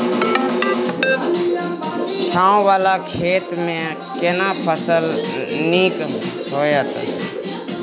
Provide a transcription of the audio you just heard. छै ॉंव वाला खेत में केना फसल नीक होयत?